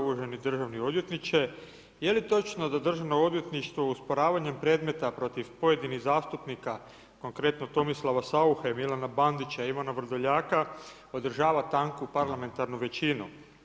Uvaženi državni odvjetniče, je li točno da državno odvjetništvo usporavanjem predmeta protiv pojedinih zastupnika, konkretno Tomislava Sauche, Milana Bandića, Ivana Vrdoljaka održava tanku parlamentarnu većinu?